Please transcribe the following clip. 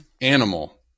Animal